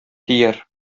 тияр